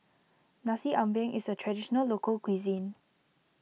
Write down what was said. Nasi Ambeng is a Traditional Local Cuisine